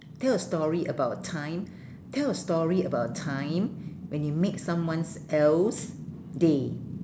tell a story about a time tell a story about a time when you make someones else's day